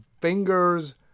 fingers